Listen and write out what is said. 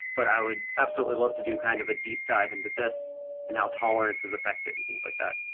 but i would absolutely love to do kind of a deep dive into this and how tolerance is affected and things like that.